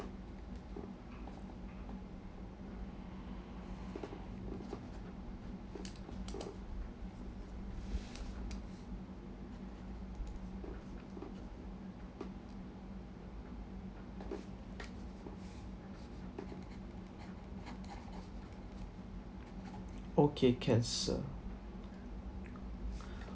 okay can sir